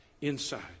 inside